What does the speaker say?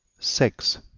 six.